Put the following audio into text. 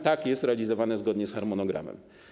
Tak, jest to realizowane zgodnie z harmonogramem.